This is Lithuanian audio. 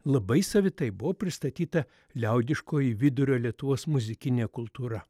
labai savitai buvo pristatyta liaudiškoji vidurio lietuvos muzikinė kultūra